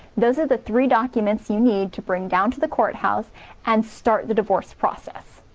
those are the three documents you need to bring down to the courthouse and start the divorce process.